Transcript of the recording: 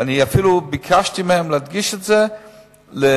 ואני אפילו ביקשתי מהם להדגיש את זה לכלי